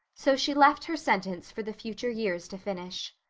so she left her sentence for the future years to finish.